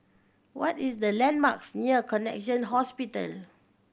what is the landmarks near Connexion Hospital